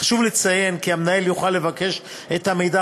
חשוב לציין כי המנהל יוכל לבקש את המידע